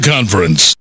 Conference